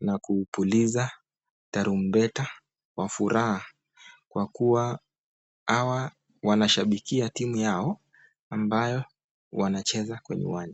na kupuliza tarumbeta kwa furaha kwa kuwa hawa wanashabikia timu yao ambayo wanacheza kwenye uwanja.